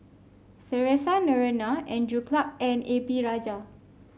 Theresa Noronha Andrew Clarke and A P Rajah